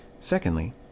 Secondly